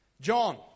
John